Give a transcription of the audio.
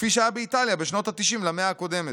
כפי שהיה באיטליה בשנות התשעים של המאה הקודמת.